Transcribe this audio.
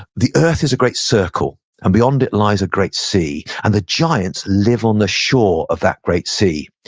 the earth is a great circle and beyond it lies a great sea. and the giants live on the shore of that great sea,